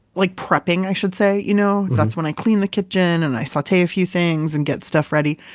like prepping i should say, you know? that's when i clean the kitchen and i saute a few things and get stuff ready,